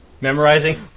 Memorizing